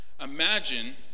imagine